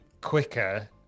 quicker